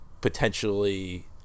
potentially